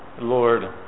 Lord